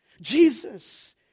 Jesus